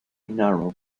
narrow